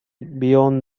beyond